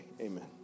amen